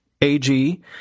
AG